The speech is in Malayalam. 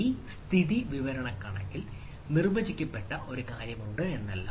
ഇത് സ്ഥിതിവിവരക്കണക്കിൽ നിർവചിക്കപ്പെട്ട ഒരു കാര്യമുണ്ട് എന്നല്ല